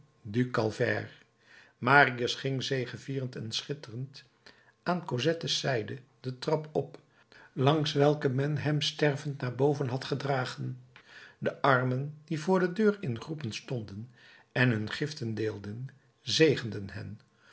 du calvaire marius ging zegevierend en schitterend aan cosettes zijde de trap op langs welke men hem stervend naar boven had gedragen de armen die voor de deur in groepen stonden en hun giften deelden zegenden hen